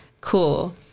cool